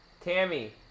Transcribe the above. Tammy